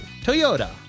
Toyota